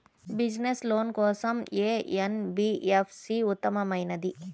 Business loan కోసం ఏ NBFC ఉత్తమమైనది?